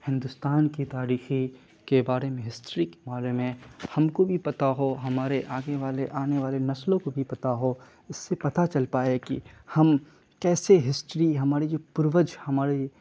ہندوستان کی تاریخی کے بارے میں ہسٹری کے بارے میں ہم کو بھی پتا ہو ہمارے آگے والے آنے والے نسلوں کو بھی پتا ہو اس سے پتا چل پائے کہ ہم کیسے ہسٹری ہماڑے جو پوروج ہمارے